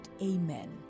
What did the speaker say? AMEN